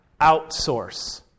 outsource